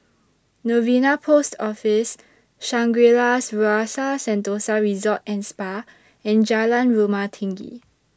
Novena Post Office Shangri La's Rasa Sentosa Resort and Spa and Jalan Rumah Tinggi